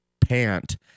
pant